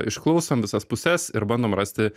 išklausom visas puses ir bandom rasti